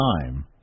time